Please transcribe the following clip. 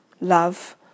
love